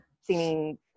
singing